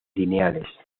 lineales